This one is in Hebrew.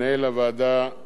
שמואל לטקו,